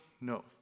No